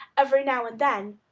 every now and then,